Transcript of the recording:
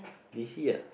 D C ah